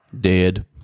Dead